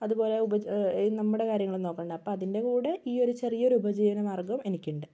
അതുപോലെ ഉപ നമ്മുടെ കാര്യവും നോക്കണ്ടേ അപ്പോൾ അതിൻ്റെ കൂടെ ഈ ഒരു ചെറിയ ഒരു ഉപജീവന മാർഗ്ഗം എനിക്കുണ്ട്